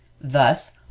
Thus